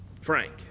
Frank